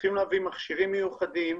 יש להביא מכשירים מיוחדים,